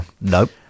Nope